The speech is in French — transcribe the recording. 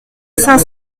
cinq